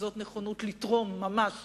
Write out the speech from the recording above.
כזאת נכונות לתרום ממש